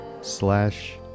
slash